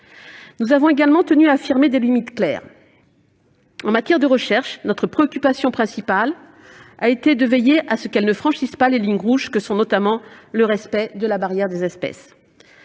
Nous avons également tenu à affirmer des limites claires. En matière de recherche, notre préoccupation principale a été de veiller à ce que la recherche ne franchisse pas les lignes rouges que sont notamment le respect de la barrière des espèces.